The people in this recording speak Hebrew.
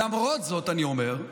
למרות זאת אני אומר,